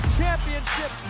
championship